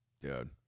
dude